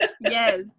Yes